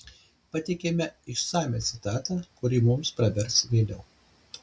pateikiame išsamią citatą kuri mums pravers vėliau